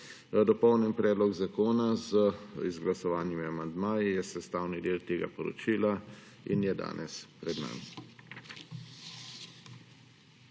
Dopolnjen predlog zakona z izglasovanimi amandmaji je sestavni del tega poročila in je danes pred nami.